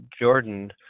Jordan